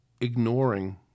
ignoring